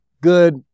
good